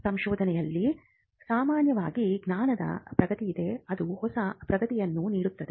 ಸಂಶೋಧನೆಯಲ್ಲಿ ಸಾಮಾನ್ಯವಾಗಿ ಜ್ಞಾನದ ಪ್ರಗತಿಯಿದೆ ಅದು ಹೊಸ ಪ್ರಗತಿಯನ್ನು ನೀಡುತ್ತದೆ